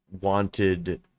wanted